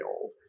old